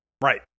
Right